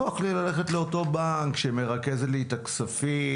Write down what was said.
נוח לי ללכת לאותו בנק שמרכז לי את הכספים,